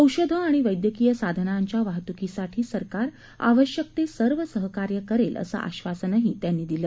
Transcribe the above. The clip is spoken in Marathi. औषधं आणि वैद्यकीय साधनांच्या वाहतूकीसाठी सरकार आवश्यक ते सर्व सहकार्य करेल असं आश्वासनही त्यांनी दिलं